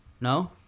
No